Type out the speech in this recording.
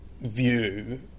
view